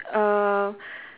uh